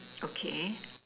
okay